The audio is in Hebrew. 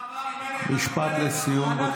משפט לסיום.